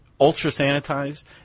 ultra-sanitized